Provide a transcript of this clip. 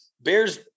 bears